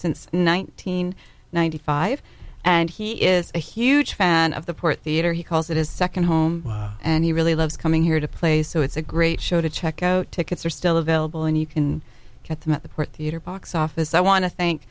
since nineteen ninety five and he is a huge fan of the port theatre he calls it his second home and he really loves coming here to play so it's a great show to check out tickets are still available and you can get them at the port theatre box office i want to thank